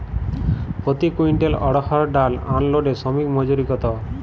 প্রতি কুইন্টল অড়হর ডাল আনলোডে শ্রমিক মজুরি কত?